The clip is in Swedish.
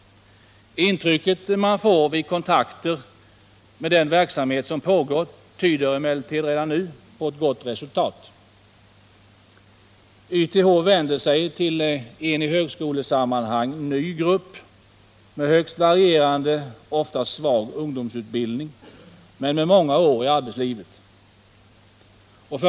Intrycket man får vid kontakter med den verksamhet som pågår tyder emellertid på ett gott resultat. YTH vänder sig till en i högskolesammanhang ny grupp med högst varierande och ofta svag ungdomsutbildning men med många år i arbetslivet.